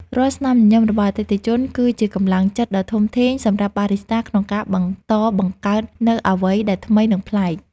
រាល់ស្នាមញញឹមរបស់អតិថិជន គឺជាកម្លាំងចិត្តដ៏ធំធេងសម្រាប់បារីស្តាក្នុងការបន្តបង្កើតនូវអ្វីដែលថ្មី និងប្លែក។